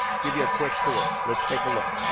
give you a quick tour. let's take a look.